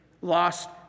lost